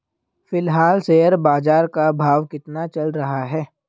फिलहाल शेयर बाजार का भाव कितना चल रहा है?